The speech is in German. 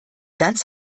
ganz